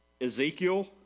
Ezekiel